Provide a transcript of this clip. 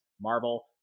Marvel